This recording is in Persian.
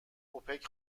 اوپک